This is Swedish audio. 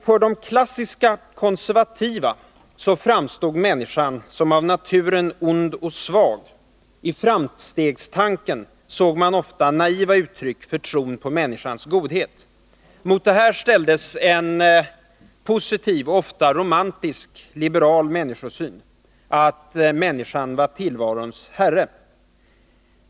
För de klassiskt konservativa framstod människan som av naturen ond och svag. I framstegstanken såg man ofta naiva uttryck för tron på människans godhet. Mot detta ställdes en positiv och ofta romantisk, liberal människosyn: Människan var tillvarons herre.